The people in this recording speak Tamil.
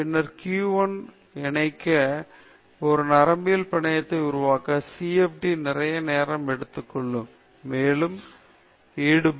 எனவே அணுகுமுறை CFD ஐ இதைப் பயன்படுத்தவும் பின்னர் Q1 க்கு q1 ஐ இணைக்க ஒரு நரம்பியல் பிணையத்தை உருவாக்கவும் CFD நிறைய நேரம் எடுத்துக்கொள்வதால் மேலும் ஈடுபாடு